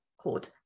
code